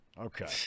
Okay